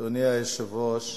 אדוני היושב-ראש,